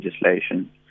legislation